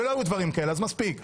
מספיק.